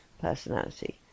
personality